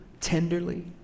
tenderly